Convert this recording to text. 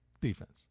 Defense